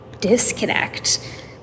disconnect